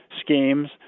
schemes